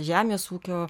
žemės ūkio